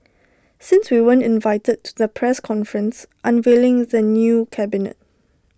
since we weren't invited to the press conference unveiling the new cabinet